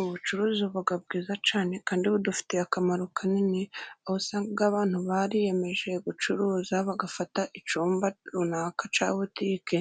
Ubucuruzi buba bwiza cyane kandi budufitiye akamaro kanini, aho usanga abantu bariyeyemeje gucuruza, bagafata icyumba runaka, cya butike